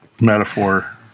metaphor